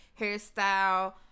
hairstyle